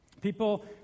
People